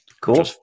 cool